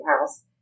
house